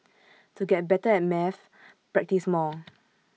to get better at maths practise more